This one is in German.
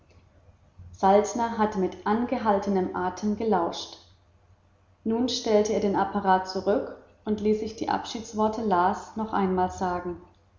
saltner hatte mit angehaltenem atem gelauscht nun stellte er den apparat zurück und ließ sich die abschiedsworte las noch einmal sagen